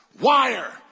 wire